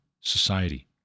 society